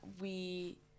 we-